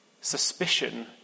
suspicion